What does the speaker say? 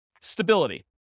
Stability